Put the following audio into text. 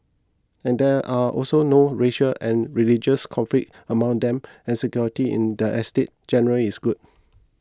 and there are also no racial and religious conflicts among them and security in the estates generally is good